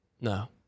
No